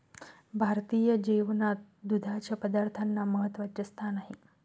भारतीय जेवणात दुधाच्या पदार्थांना महत्त्वाचे स्थान आहे